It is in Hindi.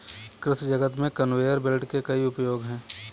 कृषि जगत में कन्वेयर बेल्ट के कई उपयोग हैं